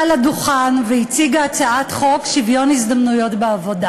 לדוכן והציגה הצעת חוק שוויון הזדמנויות בעבודה.